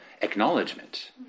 acknowledgement